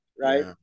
Right